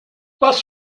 was